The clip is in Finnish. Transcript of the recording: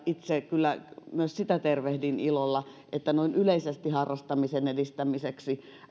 itse kyllä myös sitä tervehdin ilolla että noin yleisesti harrastamisen edistämiseksi